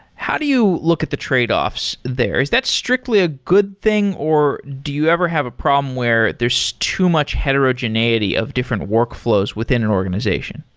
how do you look at the tradeoffs there? is that strictly a good thing or do you ever have a problem where there's too much heterogeneity of different workflows within an organization?